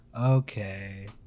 Okay